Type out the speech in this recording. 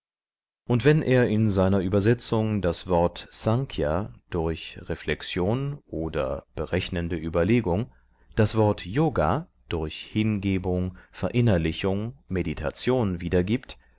und wenn er in seiner übersetzung das wort snkhya durch reflexion oder berechnende überlegung das wort yoga durch hingebung verinnerlichung meditation wiedergibt